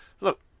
look